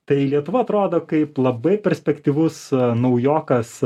tai lietuva atrodo kaip labai perspektyvus naujokas